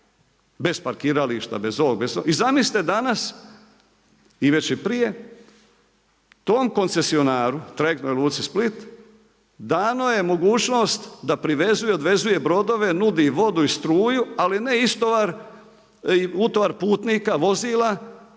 bez parkirališta, bez ovog, bez onog. I zamislite danas i već i prije tom koncesionaru trajektnoj luci Split dano je mogućnost da privezuje i odvezuje brodove, nudi vodu i struju ali ne istovar, utovar putnika, vozila,